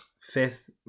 Fifth